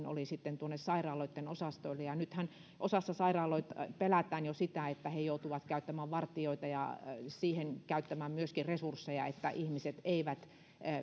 oli tuonne sairaaloitten osastoille nythän osassa sairaaloita pelätään jo sitä että he joutuvat käyttämään vartijoita ja siihen myöskin resursseja että ihmiset eivät